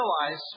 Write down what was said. realize